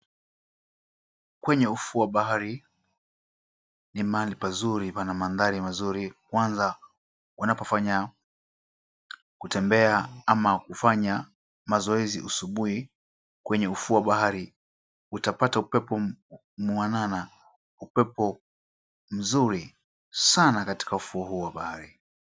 Kwenye ufuo wa bahari, ni mahali pazuri pana mandhari mazuri kwanza wanapofanya kutembea ama kufanya mazoezi usubuhi. Kwenye ufuo wa bahari utapata upepo mwanana upepo nzuri sana katika ufuo huo wa bahari.